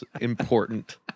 important